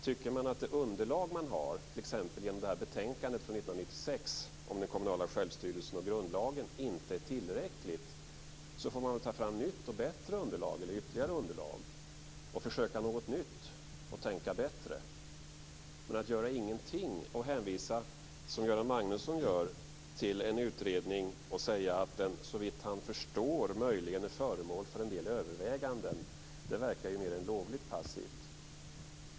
Om man tycker att underlaget, t.ex. i form av betänkandet från 1996 om den kommunala självstyrelsen och grundlagen, inte är tillräckligt får man ta fram ytterligare underlag. Man får försöka något nytt och tänka bättre. Men det verkar mer än lovligt passivt att göra ingenting eller, som Göran Magnusson, hänvisa till en utredning och säga att den såvitt han förstår möjligen är föremål för en del överväganden.